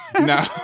No